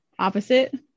Opposite